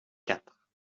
quatre